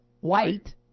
White